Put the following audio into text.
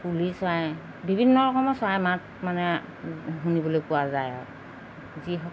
কুলি চৰাই বিভিন্ন ৰকমৰ চৰাই মাত মানে শুনিবলৈ পোৱা যায় আৰু যি হওক